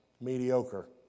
mediocre